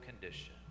condition